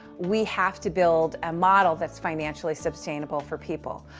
we have to build a model that's financially sustainable for people.